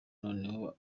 noneho